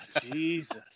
Jesus